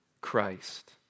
Christ